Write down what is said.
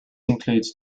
includes